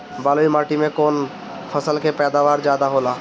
बालुई माटी में कौन फसल के पैदावार ज्यादा होला?